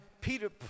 Peter